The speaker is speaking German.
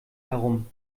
herum